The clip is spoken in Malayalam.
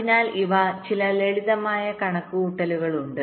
അതിനാൽ ഇവ ചില ലളിതമായ കണക്കുകൂട്ടലുകളാണ്